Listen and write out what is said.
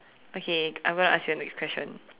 okay I'm going to ask you the next question